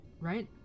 right